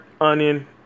onion